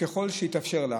ככל שיתאפשר לה.